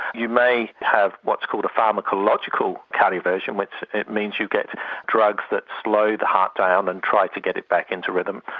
you may have what's called a pharmacological cardioversion which means you get drugs that slow the heart down and try to get it back into rhythm,